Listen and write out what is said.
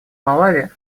малави